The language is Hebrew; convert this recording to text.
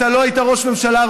אתה לא היית ראש ממשלה.